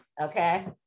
Okay